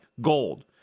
gold